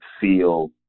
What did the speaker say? feel